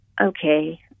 okay